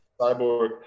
Cyborg